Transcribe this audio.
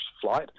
flight